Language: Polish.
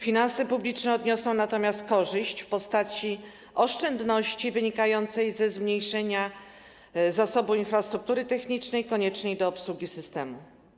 Finanse publiczne odniosą natomiast korzyść w postaci oszczędności wynikającej ze zmniejszenia zasobu infrastruktury technicznej koniecznej do obsługi systemu.